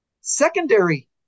secondary